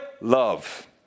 Love